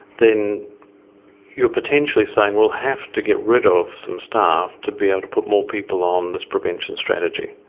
then you're potentially saying we'll have to get rid of some staff to be able to put more people on this prevention strategy.